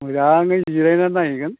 मोजाङै जिरायनानै नायहैगोन